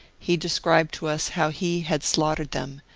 he described to us how he had slaughtered them,